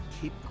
Keep